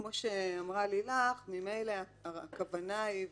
כמו שאמרה לילך, ממילא הכוונה היא,